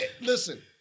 listen